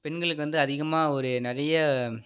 பெண்களுக்கு வந்து அதிகமாக ஒரு நிறைய